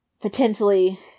potentially